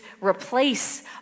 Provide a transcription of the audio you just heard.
replace